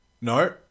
no